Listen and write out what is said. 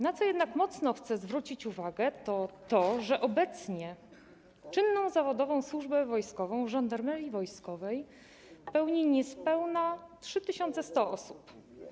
Na co jednak mocno chcę zwrócić uwagę, to to, że obecnie czynną zawodową służbę wojskową w Żandarmerii Wojskowej pełni niespełna 3100 osób.